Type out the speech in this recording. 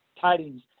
tidings